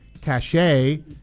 cachet